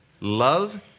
love